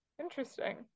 interesting